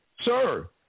Sir